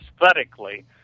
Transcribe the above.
aesthetically